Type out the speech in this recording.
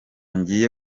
ngiye